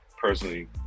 personally